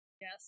Yes